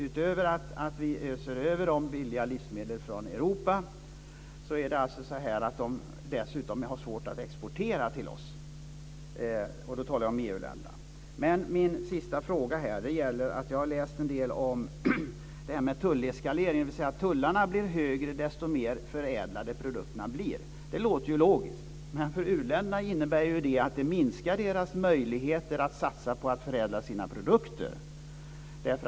Utöver att vi öser över dem billiga livsmedel från Europa är det dessutom så att de har svårt att exportera till oss. Då talar jag om EU-länderna. Min sista fråga gäller följande. Jag har läst en del om tulleskalering, dvs. att tullarna blir högre desto mer förädlade produkterna blir. Det låter logiskt, men för u-länderna innebär det att det minskar deras möjligheter att satsa på att förädla sina produkter.